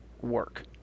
work